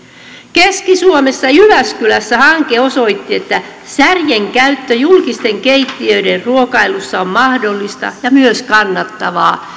keski suomessa jyväskylässä hanke osoitti että särjen käyttö julkisten keittiöiden ruokailussa on mahdollista ja myös kannattavaa